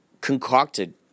concocted